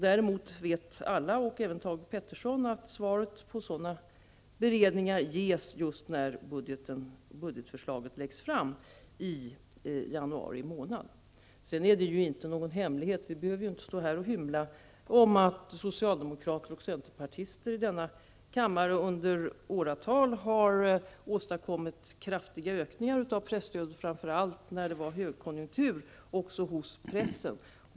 Däremot vet alla, och även Thage G Peterson, att svaret på sådana beredningar ges just när budgetförslaget läggs fram i januari månad. Sedan är det inte någon hemlighet som vi behöver stå här och hymla om att socialdemokrater och centerpartister i denna kammare under åratal har åstadkommit kraftiga ökningar av presstödet, framför allt när det var högkonjunktur också hos pressen.